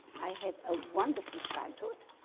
i had a wonderful childhood,